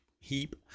heap